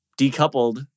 decoupled